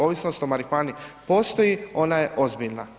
Ovisnost o marihuani postoji, ona je ozbiljna.